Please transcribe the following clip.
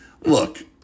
Look